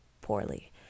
poorly